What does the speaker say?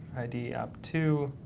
id app two.